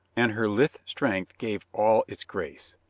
and her lithe strength gave all its grace.